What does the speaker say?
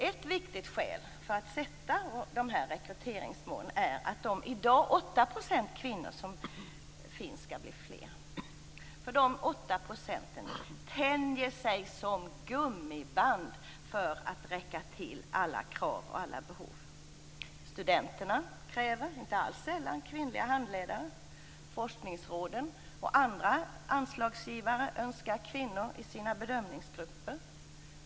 Ett viktigt skäl för att sätta rekryteringsmål är att det skall bli fler kvinnliga professorer än de åtta procent som i dag finns. Dessa tänjer sig som gummiband för att räcka till alla krav och behov. Studenterna kräver inte alldeles sällan kvinnliga handledare. Forskningsråden och andra anslagsgivare önskar kvinnor i sina bedömningsgrupper.